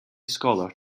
scholar